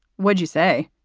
would you say?